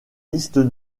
listes